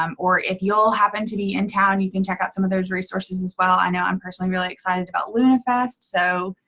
um or if you'll happen to be in town, you can check out some of those resources as well. i know i'm personally really excited about lunafest. so,